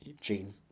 Gene